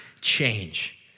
change